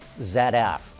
ZF